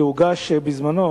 שהוגש בזמנו,